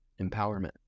empowerment